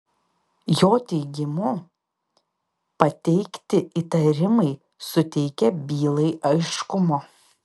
jo teigimu pateikti įtarimai suteikia bylai aiškumo